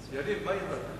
(התחייבות להימנע מעבירה),